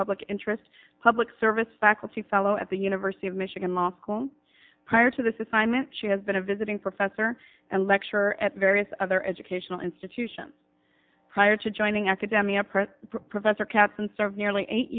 public interest public service faculty fellow at the university of michigan law school prior to this is simon she has been a visiting professor and lecturer at various other educational institutions prior to joining academic approach professor caplan served nearly eight